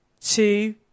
two